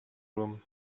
room